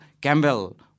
Campbell